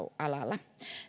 alalla